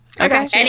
Okay